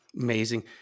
amazing